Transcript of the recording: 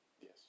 Yes